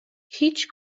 هیچ